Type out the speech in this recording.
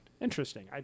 Interesting